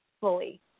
fully